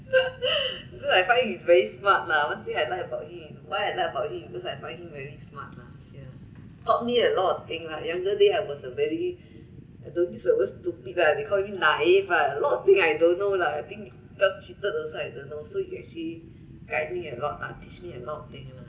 because I find he's very smart mah one thing I like about him is what I like about him because I find him very smart mah ya taught me a lot of thing lah younger day I was a very don't use the word stupid lah bit lah they call me naive lah a lot of thing I don't know lah I think got cheated also I don't know so he actually guide me a lot lah teach me a lot of thing lah